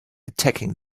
attacking